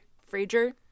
frazier